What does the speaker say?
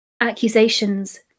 Accusations